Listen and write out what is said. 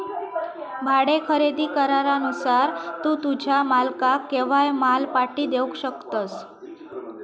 भाडे खरेदी करारानुसार तू तुझ्या मालकाक केव्हाय माल पाटी देवक शकतस